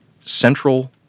central